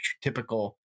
typical